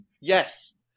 Yes